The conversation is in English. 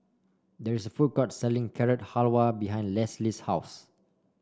there is a food court selling Carrot Halwa behind Lesley's house